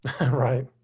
Right